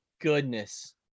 goodness